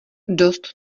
dost